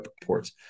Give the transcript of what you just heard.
reports